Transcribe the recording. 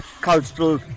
cultural